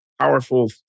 powerful